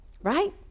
Right